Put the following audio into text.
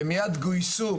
ומייד גויסו